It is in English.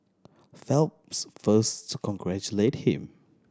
Phelps first to congratulate him